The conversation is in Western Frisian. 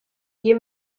hie